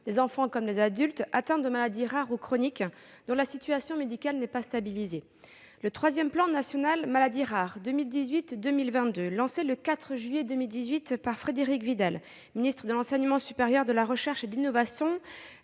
des enfants comme des adultes -atteints de maladies rares ou chroniques dont la situation médicale n'est pas stabilisée. Le troisième plan national Maladies rares 2018-2022, lancé le 4 juillet 2018 par Frédérique Vidal, ministre de l'enseignement supérieur, de la recherche et de l'innovation,